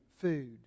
food